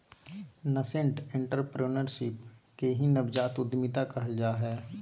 nascent entrepreneurship के ही नवजात उद्यमिता कहल जा हय